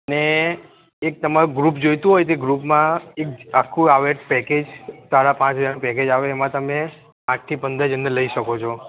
અને એક તમારું ગ્રુપ જોઈતું હોય તે ગ્રુપમાં એક આખું આવે પેકેજ સાડા પાંચ હાજરનું પેકેજ આવે એમાં તમે આઠથી પંદર જણને લઈ શકો છો